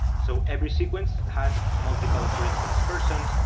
so every sequence has multiple, for instance, persons.